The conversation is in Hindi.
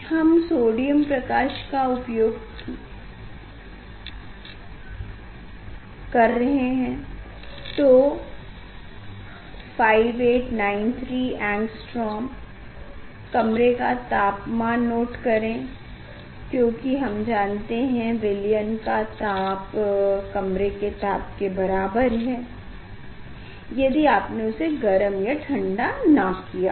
हमने सोडियम प्रकाश का उपयोग किया है तो 5893 Ao कमरे का तापमान नोट करें क्योंकि हम मानते हैं की विलयन का ताप कमरे के ताप के बराबर है यदि आपने उसे गरम या ठंडा ना किया हो